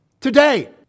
Today